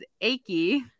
achy